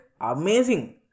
amazing